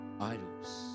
idols